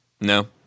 No